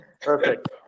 Perfect